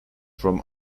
from